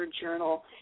Journal